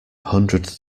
hundred